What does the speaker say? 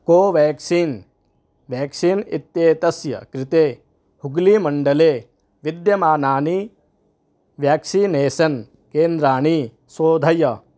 Covaxin vaccine इत्येतस्य कृते हुग्लीमण्डले विद्यमानानि व्याक्सीनेसन् केन्द्राणि शोधय